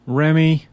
remy